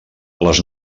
les